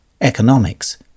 economics